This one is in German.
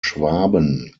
schwaben